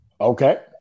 Okay